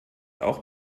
auch